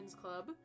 Club